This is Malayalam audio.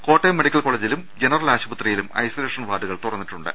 കോട്ടയം മെഡി ക്കൽ കോളജിലും ജനറൽ ആശുപത്രിയിലും ഐസൊലേഷൻ വാർഡു കൾ തുറന്നിട്ടുണ്ട്